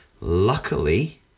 Luckily